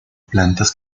plantas